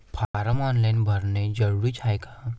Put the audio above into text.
Form online भरने जरुरीचे हाय का?